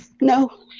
no